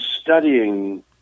studying